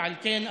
ועל כן,